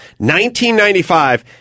1995